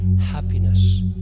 happiness